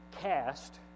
cast